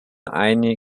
eigene